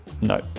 No